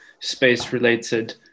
space-related